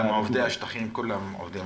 גם העובדים מהשטחים כולם עובדים